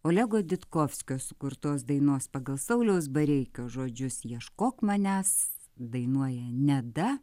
olego ditkovskio sukurtos dainos pagal sauliaus bareikio žodžius ieškok manęs dainuoja neda